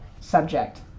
subject